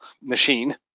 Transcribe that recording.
machine